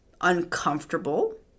uncomfortable